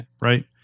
Right